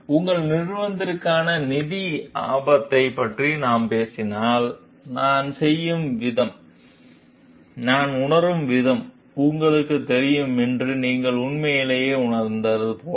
உங்கள் நிறுவனத்திற்கான நிதி ஆபத்தைப் பற்றி நாம் பேசினால் நான் செய்யும் விதம் நான் உணரும் விதம் உங்களுக்குத் தெரியும் என்று நீங்கள் உண்மையிலேயே உணர்ந்தால் போல